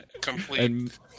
complete